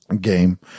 game